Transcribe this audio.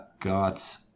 got